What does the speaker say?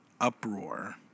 uproar